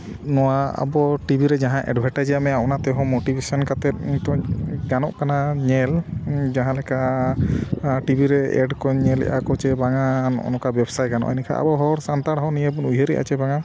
ᱱᱚᱣᱟ ᱟᱵᱚ ᱴᱤᱵᱷᱤ ᱨᱮ ᱡᱟᱦᱟᱸ ᱮᱰᱵᱷᱮᱴᱟᱡᱽ ᱮᱢᱟᱜᱼᱟ ᱚᱱᱟ ᱛᱮᱦᱚᱸ ᱢᱚᱴᱤᱵᱷᱮᱥᱚᱱ ᱠᱟᱛᱮᱫ ᱱᱤᱛᱳᱜ ᱜᱟᱱᱚᱜ ᱠᱟᱱᱟ ᱧᱮᱞ ᱡᱟᱦᱟᱸ ᱞᱮᱠᱟ ᱴᱤᱵᱷᱤ ᱨᱮ ᱮᱰ ᱠᱚᱧ ᱧᱮᱞᱮᱜᱼᱟᱠᱚ ᱪᱮ ᱵᱟᱝᱼᱟ ᱱᱚᱝᱠᱟ ᱵᱮᱵᱽᱥᱟᱭ ᱜᱟᱱᱚᱜᱼᱟ ᱮᱱᱠᱷᱟᱡ ᱟᱵᱚ ᱦᱚᱲ ᱥᱟᱱᱛᱟᱲ ᱦᱚᱸ ᱱᱤᱭᱟᱹᱵᱚᱱ ᱩᱭᱦᱟᱹᱨᱮᱜᱼᱟ ᱪᱮ ᱵᱟᱝᱼᱟ